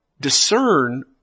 discern